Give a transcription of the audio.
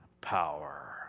power